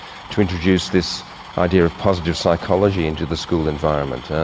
to introduce this idea of positive psychology into the school environment.